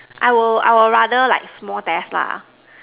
I will I will rather like small tests lah